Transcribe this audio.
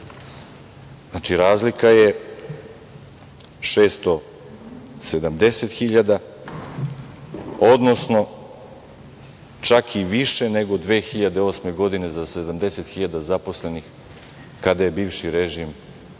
Znači, razlika je 670 hiljada, odnosno čak i više nego 2008. godine za 70 hiljada zaposlenih, kada je bivši režim